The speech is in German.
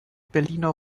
berliner